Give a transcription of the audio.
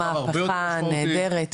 כמה שאפשר להרחיב את זה.